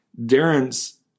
Darren's